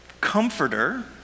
comforter